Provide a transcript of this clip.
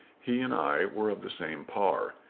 he and i were of the same par.